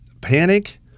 panic